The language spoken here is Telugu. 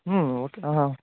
ఓకే ఆహా